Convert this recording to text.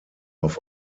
auf